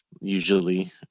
usually